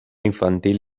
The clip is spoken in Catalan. infantil